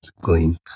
glean